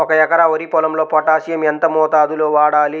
ఒక ఎకరా వరి పొలంలో పోటాషియం ఎంత మోతాదులో వాడాలి?